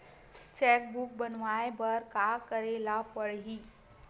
Cheque book बनवाय बर का करे ल पड़हि?